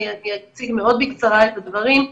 אציג מאוד בקצרה את הדברים.